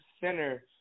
center